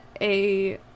a-